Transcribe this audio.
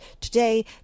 today